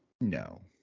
No